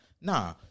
Nah